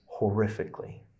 horrifically